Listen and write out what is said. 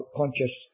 conscious